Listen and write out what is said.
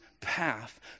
path